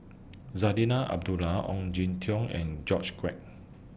Zarinah Abdullah Ong Jin Teong and George Quek